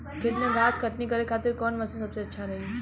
खेत से घास कटनी करे खातिर कौन मशीन सबसे अच्छा रही?